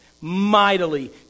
Mightily